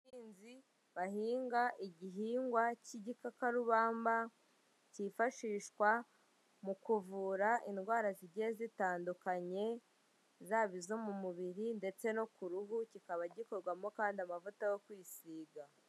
Abahinzi bahinga igihingwa cy'igikakarubamba kifashishwa mu kuvura indwara zigiye zitandukanye, zaba izo mu mubiri ndetse no ku ruhu, kikaba gikorwamo kandi amavuta yo kwisiga.